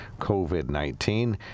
COVID-19